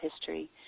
history